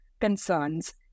concerns